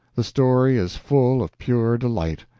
the story is full of pure delight.